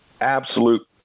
absolute